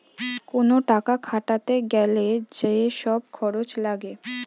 কোন টাকা খাটাতে গ্যালে যে সব খরচ লাগে